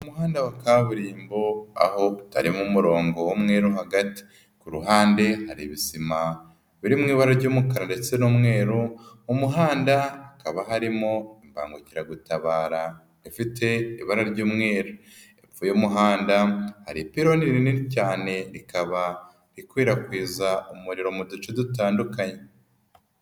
Umuhanda wa kaburimbo aho utamo umurongo w'umweru mo hagati .Ku ruhande hari ibisima biri mu ibara ry'umukara ndetse n'umweru, mu muhanda hakaba harimo imbangukiragutabara ifite ibara ry'umweru. Hepfo y'umuhanda hari ipironi rinini cyane rikaba rikwirakwiza umuriro mu duce dutandukanye.